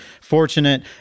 fortunate